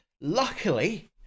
Luckily